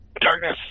Darkness